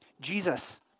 Jesus